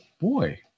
boy